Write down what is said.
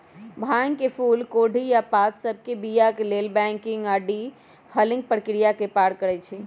भांग के फूल कोढ़ी आऽ पात सभके बीया के लेल बंकिंग आऽ डी हलिंग प्रक्रिया से पार करइ छै